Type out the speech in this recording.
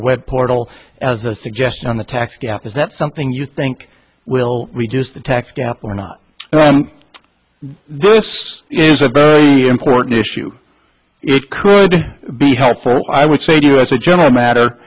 a web portal as a suggestion on the tax gap is that something you think will reduce the tax gap or not this is a very important issue it could be helpful i would say to you as a general matter